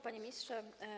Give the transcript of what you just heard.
Panie Ministrze!